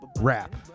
rap